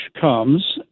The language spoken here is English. comes